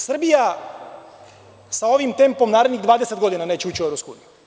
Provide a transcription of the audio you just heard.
Srbija, sa ovim tempom, narednih 20 godina neće ući u EU.